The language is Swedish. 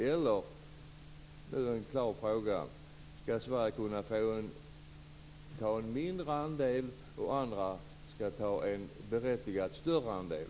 Eller skall Sverige kunna få ta en mindre andel och andra en berättigat större andel?